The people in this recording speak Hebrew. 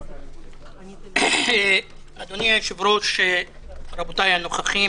אדוני היושב-ראש, רבותיי הנוכחים